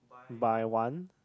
buy one